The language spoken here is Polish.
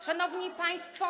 Szanowni państwo.